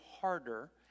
harder